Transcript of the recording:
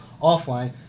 offline